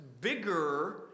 bigger